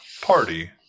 party